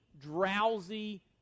drowsy